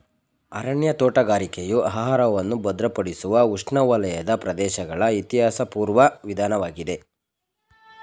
ಅರಣ್ಯ ತೋಟಗಾರಿಕೆಯು ಆಹಾರವನ್ನು ಭದ್ರಪಡಿಸುವ ಉಷ್ಣವಲಯದ ಪ್ರದೇಶಗಳ ಇತಿಹಾಸಪೂರ್ವ ವಿಧಾನವಾಗಿದೆ